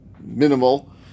minimal